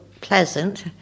pleasant